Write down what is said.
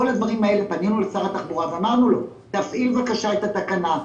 פנינו לשר התחבורה ואמרנו לו: תפעיל בבקשה את התקנה,